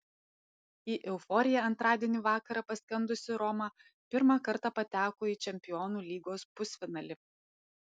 į euforiją antradienį vakarą paskendusi roma pirmą kartą pateko į čempionų lygos pusfinalį